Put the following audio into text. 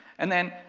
and then,